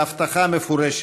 בהבטחה מפורשת.